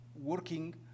working